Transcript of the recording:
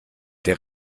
der